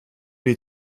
wir